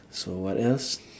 so what else